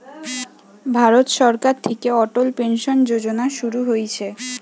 ভারত সরকার থিকে অটল পেনসন যোজনা শুরু হইছে